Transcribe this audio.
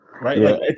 right